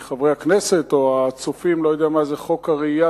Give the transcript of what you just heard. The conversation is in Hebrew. מי מחברי הכנסת או מהצופים לא יודע מה זה חוק הרעייה,